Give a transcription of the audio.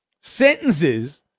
sentences